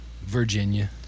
Virginia